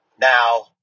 Now